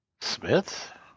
Smith